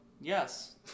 Yes